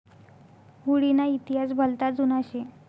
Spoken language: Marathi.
हुडी ना इतिहास भलता जुना शे